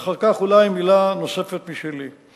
ואחר כך אולי מלה נוספת משלי.